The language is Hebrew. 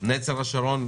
נצר השרון.